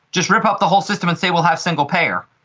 just rip up the whole system and say we'll have single-payer,